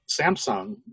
Samsung